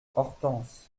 hortense